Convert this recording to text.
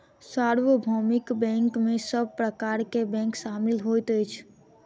सार्वभौमिक बैंक में सब प्रकार के बैंक शामिल होइत अछि